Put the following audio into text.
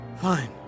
Fine